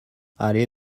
allez